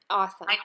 awesome